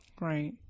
right